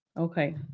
Okay